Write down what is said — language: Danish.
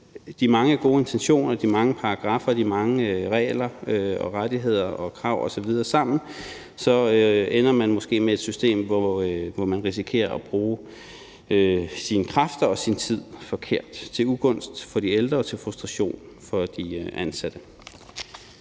de mange gode intentioner, de mange paragraffer og de mange regler, rettigheder, krav osv. sammen, ender man måske med et system, hvor man risikerer at bruge sine kræfter og sin tid forkert til ugunst for de ældre og til frustration for de ansatte.